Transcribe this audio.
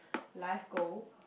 life goal